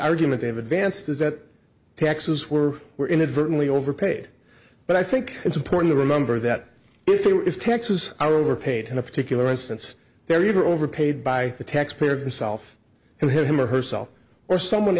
argument they've advanced is that taxes were were inadvertently overpaid but i think it's important to remember that is taxes are overpaid in a particular instance they're either overpaid by the taxpayer themself him or herself or someone